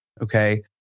okay